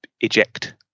eject